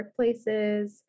workplaces